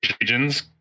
regions